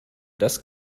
das